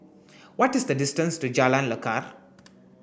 what is the distance to Jalan Lekar